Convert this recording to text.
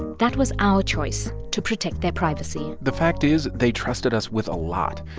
that was our choice to protect their privacy the fact is, they trusted us with a lot.